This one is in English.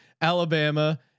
Alabama